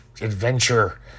adventure